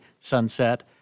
Sunset